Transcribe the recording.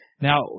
Now